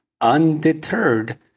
Undeterred